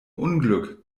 unglück